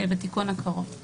בתיקון הקרוב.